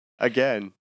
Again